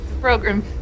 program